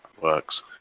works